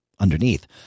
underneath